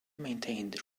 maintained